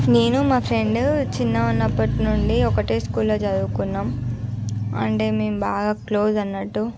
నేను మా ఫ్రెండ్ చిన్నగా ఉన్నప్పటి నుండి ఒకటే స్కూల్లో చదువుకున్నాము అంటే మేము బాగా క్లోజ్ అన్నట్టు